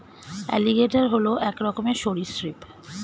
alligator হল এক রকমের সরীসৃপ